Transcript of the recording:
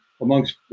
amongst